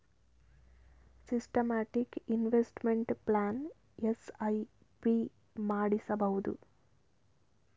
systematic investment plan SIP ಮಾಡಿಸಬಹುದು